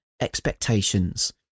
expectations